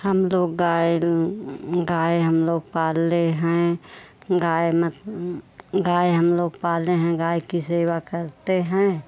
हम लोग गाय गाय हम लोग पाले हैं गाय गाय ह लोग पाले हैं गाय की सेवा करते हैं